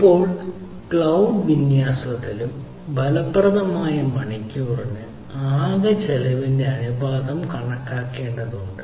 ഇപ്പോൾ ക്ലൌഡ് വിന്യാസത്തിലും ഫലപ്രദമായ മണിക്കൂറിന് ആകെ ചെലവിന്റെ അനുപാതം കണക്കാക്കേണ്ടതുണ്ട്